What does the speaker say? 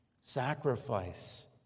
Sacrifice